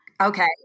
Okay